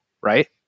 right